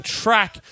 track